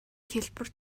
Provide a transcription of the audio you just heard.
хялбар